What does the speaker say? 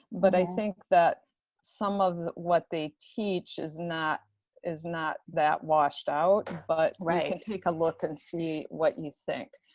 but i think that some of what they teach is not is not that washed out. but take a look and see what you think.